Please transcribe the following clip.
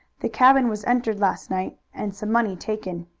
the cabin was entered last night and some money taken.